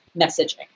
messaging